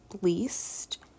least